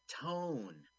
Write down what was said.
tone